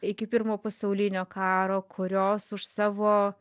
iki pirmo pasaulinio karo kurios už savo